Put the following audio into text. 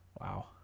Wow